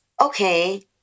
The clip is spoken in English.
okay